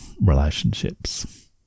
relationships